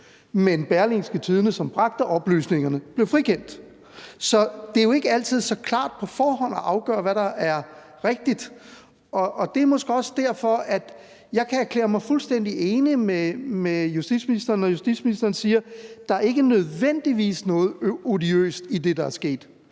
at Berlingske, som bragte oplysningerne, blev frikendt. Så det er jo ikke altid så klart på forhånd at afgøre, hvad der er rigtigt, og det er måske også derfor, at jeg kan erklære mig fuldstændig enig med justitsministeren, når justitsministeren siger, at der ikke nødvendigvis er noget odiøst i det, der er sket.